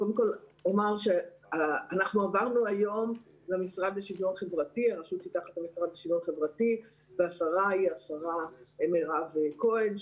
קודם כול אומר שעברנו היום למשרד לשוויון חברתי והשרה היא מירב כהן,